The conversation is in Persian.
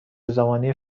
زمانی